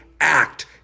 act